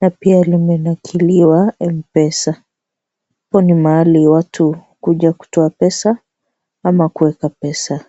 na pia limenakiliwa M-pesa hapa ni mahali watu huja kutoa pesa ama kuweka pesa.